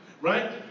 Right